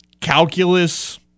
calculus